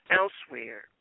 elsewhere